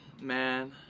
man